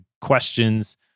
questions